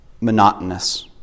monotonous